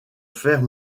faire